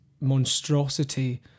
monstrosity